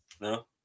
No